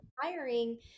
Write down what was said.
hiring